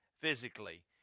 physically